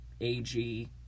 AG